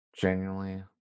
genuinely